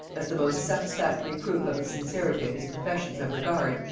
as the most satisfactory proof of the sincerity of his professions of regard,